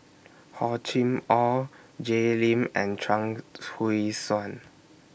Hor Chim Or Jay Lim and Chuang Hui Tsuan